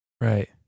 Right